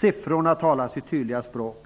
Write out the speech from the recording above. Siffrorna talar sitt tydliga språk: